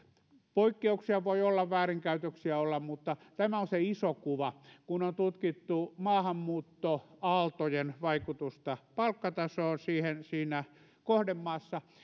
poikkeuksia voi olla väärinkäytöksiä olla mutta tämä on se iso kuva kun on tutkittu maahanmuuttoaaltojen vaikutusta palkkatasoon siinä kohdemaassa